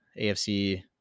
AFC